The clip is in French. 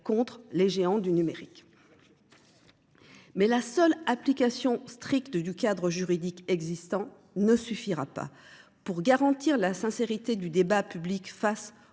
contre les géants du numérique ? Toutefois, l’application stricte du cadre juridique existant ne suffira pas. Pour garantir la sincérité du débat public face